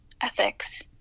ethics